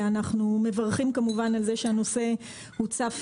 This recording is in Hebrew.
ואנחנו מברכים כמובן על זה שהנושא הוצף